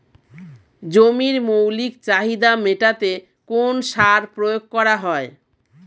জমির মৌলিক চাহিদা মেটাতে কোন সার প্রয়োগ করা হয়?